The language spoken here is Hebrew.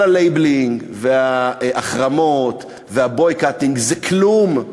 כל ה-libeling וההחרמות וה-boycotting זה כלום,